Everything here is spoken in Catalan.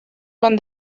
van